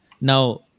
Now